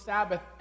Sabbath